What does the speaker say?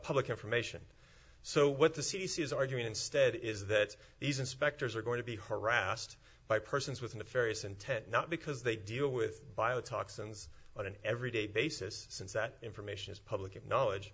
public information so what the c d c is arguing instead is that these inspectors are going to be harassed by persons with nefarious intent not because they deal with bio toxins on an everyday basis since that information is public knowledge